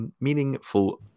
meaningful